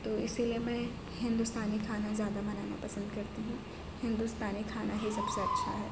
تو اسی لیے میں ہندوستانی کھانا زیادہ بنانا پسند کرتی ہوں ہندوستانی کھانا ہی سب سے اچھا ہے